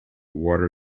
water